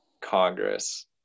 congress